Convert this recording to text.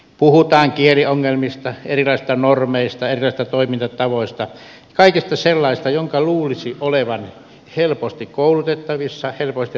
puhutaan kieliongelmista erilaisista normeista erilaisista toimintatavoista kaikesta sellaisesta jonka luulisi olevan helposti koulutettavissa helposti ratkaistavissa